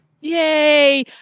Yay